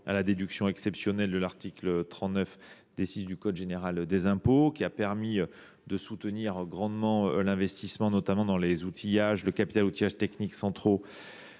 à la déduction exceptionnelle de l’article 39 du code général des impôts, qui a permis de soutenir grandement l’investissement, notamment dans les outillages techniques centraux